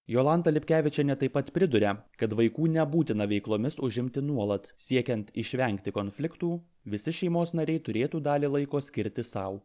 jolanta lipkevičienė taip pat priduria kad vaikų nebūtina veiklomis užimti nuolat siekiant išvengti konfliktų visi šeimos nariai turėtų dalį laiko skirti sau